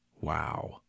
Wow